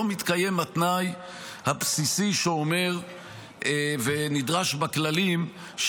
התנאי הבסיסי שאומר ונדרש בכללים,